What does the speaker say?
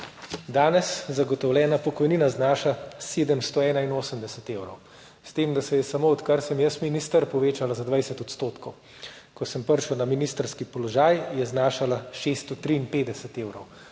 Danes zagotovljena pokojnina znaša 781 evrov, s tem da se je, samo odkar sem jaz minister, povečalo za 20 %, ko sem prišel na ministrski položaj, je znašala 653 evrov.